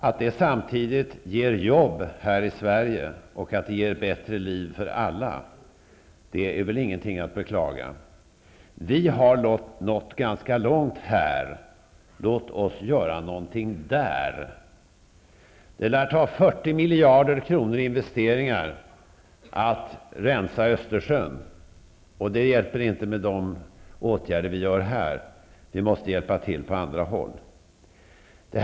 Att det samtidigt ger jobb här i Sverige och innebär ett bättre liv för alla är väl inte att beklaga. Vi här har nått ganska långt. Låt oss därför göra någonting där! Det lär krävas 40 miljarder kronor i investeringar om Östersjön skall rensas. Det räcker inte att vi vidtar åtgärder här. Vi måste hjälpa till på andra håll också.